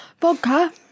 Vodka